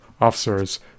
officers